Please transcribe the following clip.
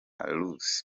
lucy